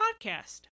podcast